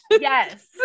Yes